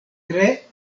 tre